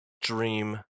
dream